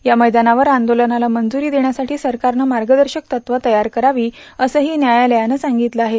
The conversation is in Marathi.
या मैदानावर आंदोलनाला मंजुरी देण्यासाठी सरकारनं मार्गदर्शक तत्त्वं तयार करावी असंही न्यायालयानं सांगितलं आहे